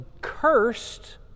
cursed